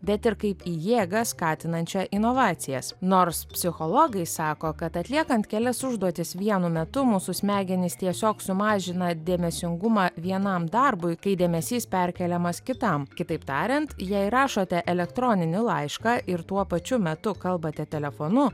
bet ir kaip į jėgą skatinančią inovacijas nors psichologai sako kad atliekant kelias užduotis vienu metu mūsų smegenys tiesiog sumažina dėmesingumą vienam darbui kai dėmesys perkeliamas kitam kitaip tariant jei rašote elektroninį laišką ir tuo pačiu metu kalbate telefonu